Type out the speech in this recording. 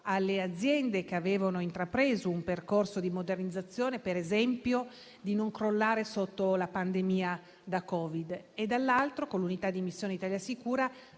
alle aziende che avevano intrapreso un percorso di modernizzazione, ad esempio, di non crollare a causa la pandemia da Covid-19. Dall'altro, con l'unità di missione Italia Sicura,